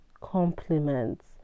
compliments